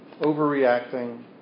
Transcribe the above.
overreacting